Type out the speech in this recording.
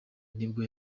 nibwo